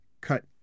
cut